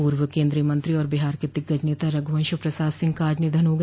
पूर्व केन्द्रीय मंत्री और बिहार के दिग्गज नेता रघुवंश प्रसाद सिंह का आज निधन हो गया